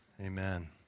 amen